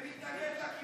ומתנגד לכיבוש.